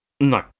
No